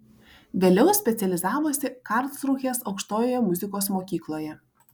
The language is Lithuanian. vėliau specializavosi karlsrūhės aukštojoje muzikos mokykloje